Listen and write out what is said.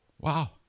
Wow